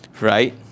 right